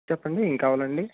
చెప్పండి ఏం కావాలండి